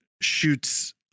shoots